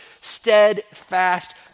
steadfast